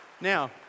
Now